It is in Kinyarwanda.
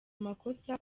amakosa